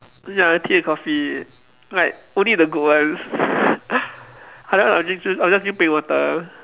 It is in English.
ya tea and coffee like only the good ones other than I'll only choose I'll just drink plain water